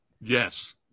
Yes